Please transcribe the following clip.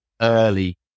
early